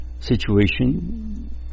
situation